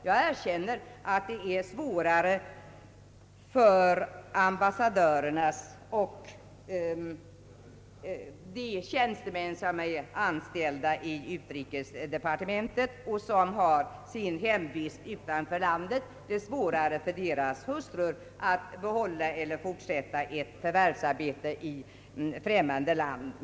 Jag erkänner att det är svårare för ambassadörhustrurna och hustrurna till tjänstemän som är anställda i utrikesdepartementet men har sin hemvist utanför landet att behålla ett förvärvsarbete i främmande land.